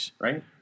Right